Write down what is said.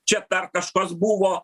čia dar kažkas buvo